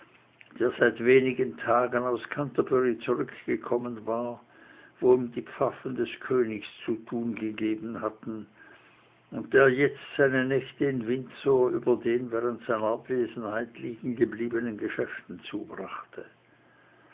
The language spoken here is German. der seit wenigen tagen aus canterbury zurückgekommen war wo ihm die pfaffen des königs zu tun gegeben hatten und der jetzt seine nächte in windsor über den während seiner abwesenheit liegengebliebenen geschäften zubrachte